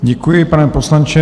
Děkuji, pane poslanče.